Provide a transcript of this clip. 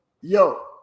yo